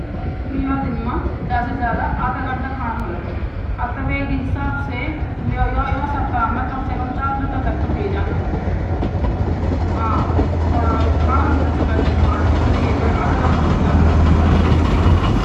में यो दिन माँ ज्यादा से ज्यादा आधा जनता खानु माँ लगुंडु और मेरु सबसे यो सबब काम माँ मेरु कम से कम तीन चार घंटा टक्क तोह वे ज्यांदु वलो हा और खानु हमेसा चबे ते कानू पड़दु आधा घंटा से ज्यादा भी लग्गदु